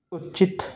ਉਚਿਤ